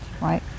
right